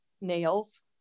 nails